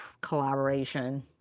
collaboration